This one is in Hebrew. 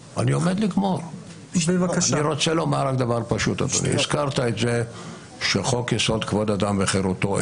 אדוני הזכרת את זה שחוק יסוד: כבוד האדם וחירותו,